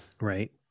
right